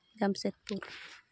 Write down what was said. Jamshedpur